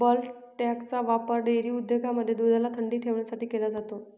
bulk टँकचा वापर dairy उद्योगांमध्ये दुधाला थंडी ठेवण्यासाठी केला जातो